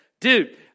Dude